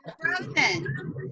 Frozen